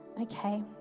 Okay